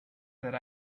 that